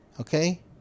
Okay